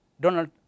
Donald